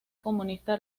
comunista